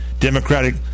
democratic